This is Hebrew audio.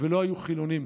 ולא היו חילונים.